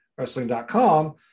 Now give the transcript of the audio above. wrestling.com